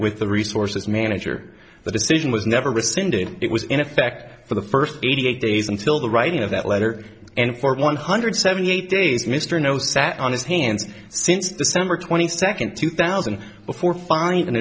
with the resources manager the decision was never rescinded it was in effect for the first eighty eight days until the writing of that letter and for one hundred seventy eight days mr no sat on his hands since december twenty second two thousand before find